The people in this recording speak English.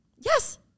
yes